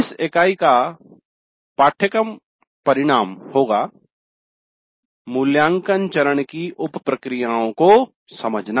इस इकाई का "पाठ्यक्रम परिणाम" होगा मूल्यांकन चरण की उप प्रक्रियाओं को समझना